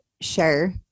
Sure